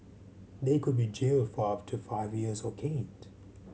they could be jailed for up to five years or caned